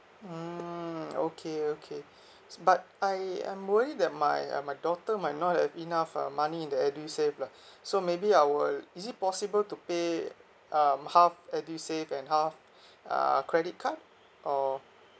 mmhmm okay okay but I I'm worry that my uh my daughter might not have enough um money in the edusave lah so maybe I will is it possible to pay um half edusave and half uh credit card or